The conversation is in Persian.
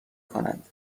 کنند